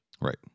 Right